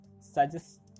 Suggest